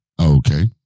Okay